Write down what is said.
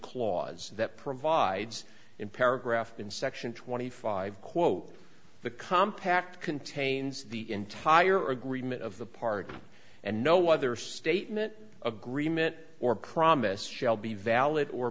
clause that provides in paragraph in section twenty five quote the compact contains the entire agreement of the parties and no other statement agreement or promise shall be valid or